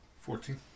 Fourteen